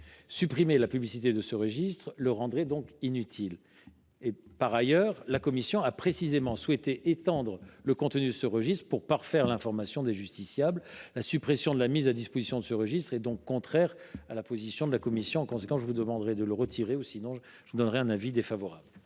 Supprimer la publicité de ce registre le rendrait en fait inutile. Ensuite, la commission a précisément souhaité étendre le contenu de ce registre pour parfaire l’information des justiciables. La suppression de la mise à disposition de ce registre est donc contraire à la position de la commission, raison pour laquelle je vous demande de bien vouloir retirer votre